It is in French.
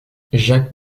jacques